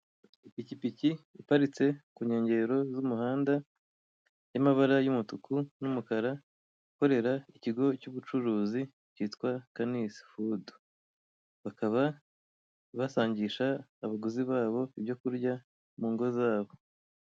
Ipikipiki iparitse ku nkengero z'umuhanda y'amabara y'umutuku n'umukara, ikorera ikigo cy'ubucuruzi cyitwa Kanis Food, bakaba basangisha abaguzi babo ibyo kurya mu ngo zabo.